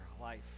life